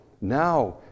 Now